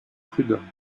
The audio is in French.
prud’homme